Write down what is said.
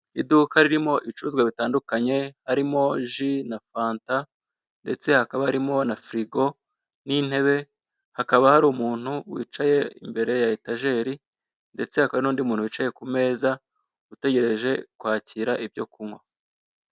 Iduka ririmo ibicuruzwa bitandukanye harimo ji na fanta Ndetse hakaba harimo na firigo n'intebe hakaba hari umuntu wicaye imbere ya etajeri ndetse hakaba nundi muntu utegereje kwakira ibyo kunywa.